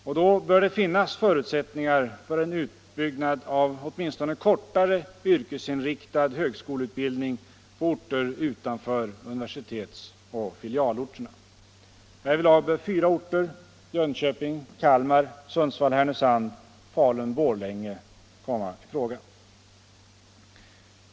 Och då bör det finnas förutsättningar för en utbyggnad av åtminstone kortare yrkesinriktad högskoleutbildning på orter utanför universitetsoch filialorterna. Härvidlag bör fyra orter — Jönköping, Kalmar, Sundsvall Borlänge - komma i fråga.